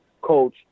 coach